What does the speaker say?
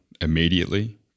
immediately